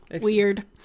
weird